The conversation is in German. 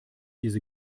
diese